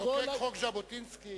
מחוקק חוק ז'בוטינסקי.